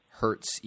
hurts